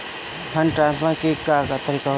Fund transfer के का तरीका होला?